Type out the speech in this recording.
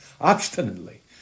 obstinately